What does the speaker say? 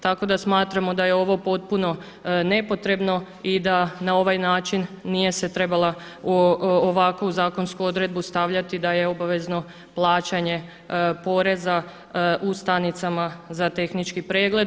Tako da smatramo da je ovo potpuno nepotrebno i da se na ovaj način nije se trebala ovakvu zakonsku odredbu stavljati da je obavezno plaćanje poreza u stanicama za tehnički pregled.